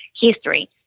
history